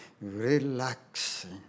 relaxing